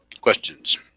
questions